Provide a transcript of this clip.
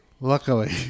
luckily